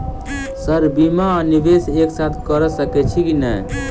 Sir बीमा आ निवेश एक साथ करऽ सकै छी की न ई?